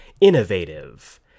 Innovative